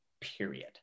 period